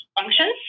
functions